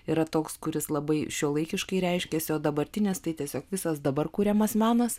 yra toks kuris labai šiuolaikiškai reiškiasi o dabartinis tai tiesiog visas dabar kuriamas menas